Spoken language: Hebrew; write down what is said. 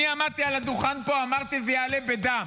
אני עמדתי על הדוכן פה, אמרתי: זה יעלה בדם,